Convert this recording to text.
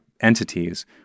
entities